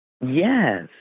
Yes